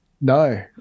No